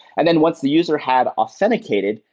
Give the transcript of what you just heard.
and then once the user have authenticated,